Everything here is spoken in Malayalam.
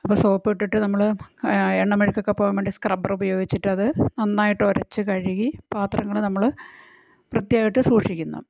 അപ്പം സോപ്പ് ഇട്ടിട്ട് നമ്മൾ എണ്ണമെഴുക്കൊക്കെ പോകാൻ വേണ്ടി സ്ക്രബ്ബർ ഉപയോഗിച്ചിട്ട് അതു നന്നായിട്ട് ഉരച്ച് കഴുകി പാത്രങ്ങൾ നമ്മൾ വൃത്തിയായിട്ട് സൂക്ഷിക്കുന്നു